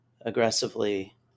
aggressively